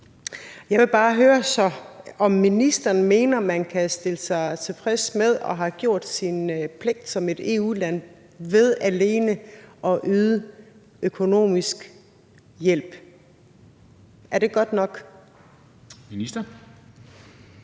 Jeg vil så bare høre, om ministeren mener, at man kan stille sig tilfreds med at have gjort sin pligt som et EU-land ved alene at yde økonomisk hjælp. Er det godt nok?